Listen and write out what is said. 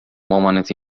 مامانت